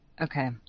Okay